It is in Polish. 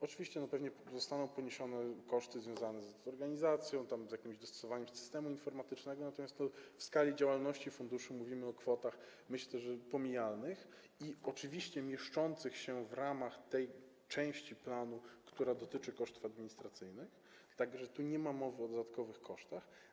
Oczywiście zapewne koszty związane z organizacją, z jakimś dostosowaniem systemu informatycznego zostaną poniesione, natomiast w skali działalności funduszu mówimy o kwotach, myślę, pomijalnych i oczywiście mieszczących się w ramach tej części planu, która dotyczy kosztów administracyjnych, tak że tu nie ma mowy o dodatkowych kosztach.